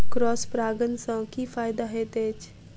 Cross परागण सँ की फायदा हएत अछि?